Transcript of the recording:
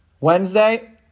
Wednesday